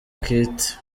kate